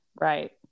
right